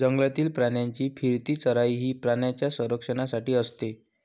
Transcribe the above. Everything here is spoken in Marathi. जंगलातील प्राण्यांची फिरती चराई ही प्राण्यांच्या संरक्षणासाठी असते